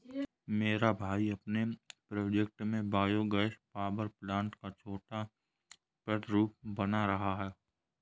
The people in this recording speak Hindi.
मेरा भाई अपने प्रोजेक्ट में बायो गैस पावर प्लांट का छोटा प्रतिरूप बना रहा है